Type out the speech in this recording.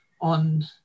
on